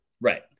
Right